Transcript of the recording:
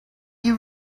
you